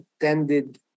attended